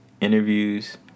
interviews